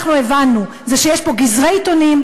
זה שיש פה גזרי עיתונים,